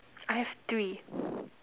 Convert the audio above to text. I have three